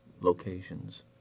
locations